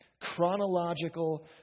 Chronological